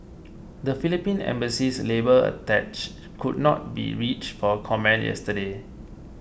the Philippine Embassy's labour attach could not be reached for comment yesterday